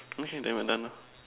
okay then we're done lor